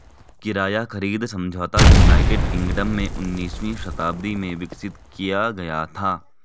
किराया खरीद समझौता यूनाइटेड किंगडम में उन्नीसवीं शताब्दी में विकसित किया गया था